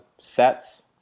sets